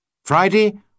Friday